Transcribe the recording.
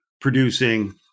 producing